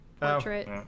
portrait